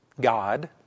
God